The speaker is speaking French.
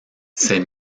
ces